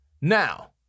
Now